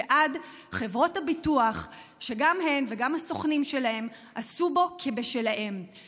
ועד חברות ביטוח שגם הן וגם הסוכנים שלהן עשו בו כבשלהם.